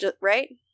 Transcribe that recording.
right